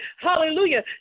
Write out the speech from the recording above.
Hallelujah